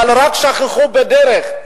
אבל רק שכחו שבדרך,